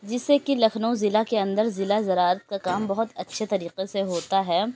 جس سے کہ لکھنؤ ضلع کے اندر ضلع زراعت کا کام بہت اچھے طریقے سے ہوتا ہے